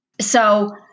So-